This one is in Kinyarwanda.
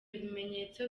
bimenyetso